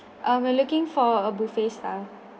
uh we are looking for a buffet style